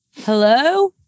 hello